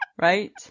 right